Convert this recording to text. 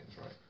right